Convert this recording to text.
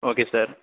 okay sir